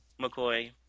McCoy